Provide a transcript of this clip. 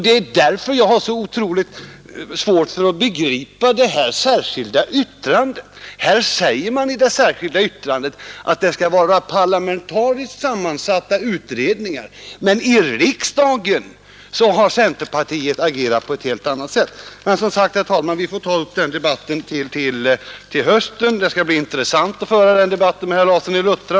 Det är därför som jag har så oerhört svårt att begripa detta särskilda yttrande. Där säger man nämligen att det skall vara parlamentariskt sammansatta utredningar, men i riksdagen har centerpartiet agerat på ett helt annat sätt. Men den debatten får vi som sagt ta upp till hösten. Det skall bli intressant att föra den diskussionen med herr Larsson i Luttra.